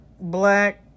black